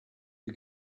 you